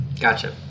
Gotcha